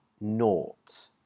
naught